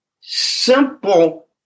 simple